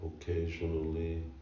occasionally